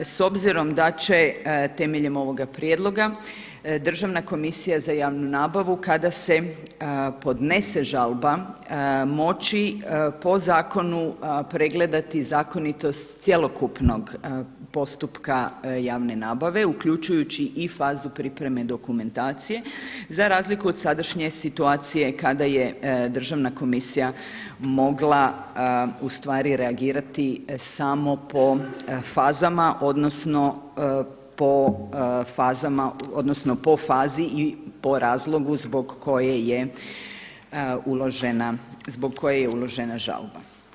S obzirom da će temeljem ovoga prijedloga Državna komisija za javnu nabavu kada se podnese žalba moći po zakonu pregledati zakonitost cjelokupnog postupka javne nabave uključujući i fazu pripreme dokumentacije, za razliku od sadašnje situacije kada je Državna komisija mogla reagirati samo po fazama odnosno po fazi i po razlogu zbog koje je uložena žalba.